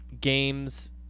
games